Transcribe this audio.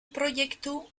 proiektu